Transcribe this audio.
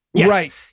Right